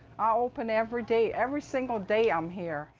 i open every day. every single day i'm here.